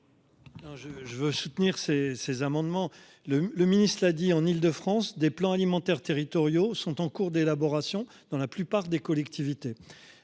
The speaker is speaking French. Je soutiens ces amendements. Comme le ministre l'a souligné, en Île-de-France, des plans alimentaires territoriaux sont en cours d'élaboration dans la plupart des collectivités.